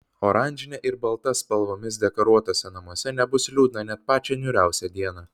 oranžine ir balta spalvomis dekoruotuose namuose nebus liūdna net pačią niūriausią dieną